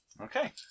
Okay